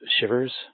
shivers